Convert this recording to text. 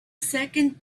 second